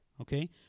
okay